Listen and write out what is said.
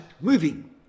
moving